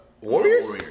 Warriors